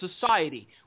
society